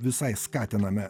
visai skatiname